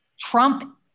Trump